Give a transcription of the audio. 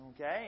okay